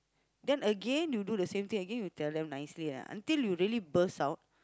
then again you do the same thing again you tell them nicely ah until you really burst out